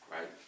right